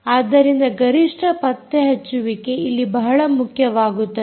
ಆದ್ದರಿಂದ ಗರಿಷ್ಠ ಪತ್ತೆ ಹಚ್ಚುವಿಕೆ ಇಲ್ಲಿ ಬಹಳ ಮುಖ್ಯವಾಗುತ್ತದೆ